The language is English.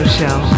Show